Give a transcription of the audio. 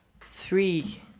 three